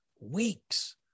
weeks